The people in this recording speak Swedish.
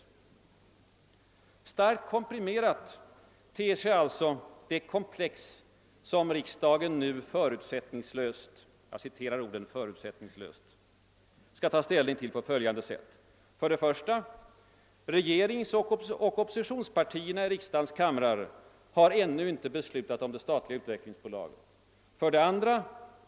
Starkt komprimerat ter sig alltså det komplex som riksdagen nu »förutsättningslöst« skall ta ställning till på följande sätt. 1. Regeringsoch oppositionspartierna i riksdagens kamrar har ännu inte beslutat om det statliga förvaltningsbolaget. 2.